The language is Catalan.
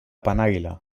penàguila